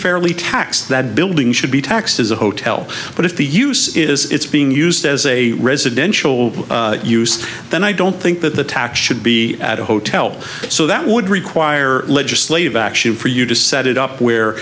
fairly tax that building should be taxed as a hotel but if the use is it's being used as a residential use then i don't think that the tax should be at a hotel so that would require legislative action for you to set it up